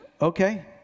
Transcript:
okay